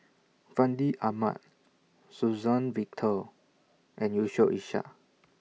Fandi Ahmad Suzann Victor and Yusof Ishak